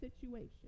situation